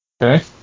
Okay